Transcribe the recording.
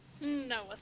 No